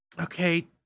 okay